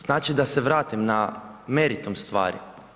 Znači da se vratim na meritum stvari.